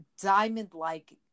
diamond-like